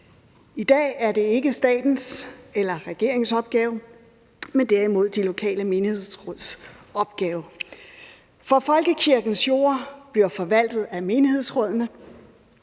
I dag er det ikke statens eller regeringens opgave, men derimod de lokale menighedsråds opgave, for folkekirkens jorder bliver forvaltet af menighedsrådene.